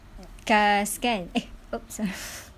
cas kan eh oh sor~